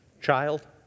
child